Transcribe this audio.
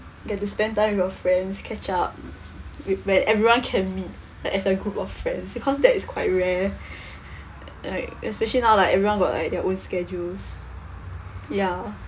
get to spend time with your friends catch up with when everyone can meet like as a good old friends because that's quite rare then like especially now like everyone got like their own schedules ya